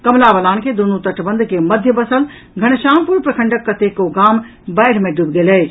कमला बलान के दूनू तटबंध के मध्य बसल धनश्यामपुर प्रखंडक कतेको गाम बाढ़ि मे डूबि गेल अछि